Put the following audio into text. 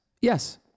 Yes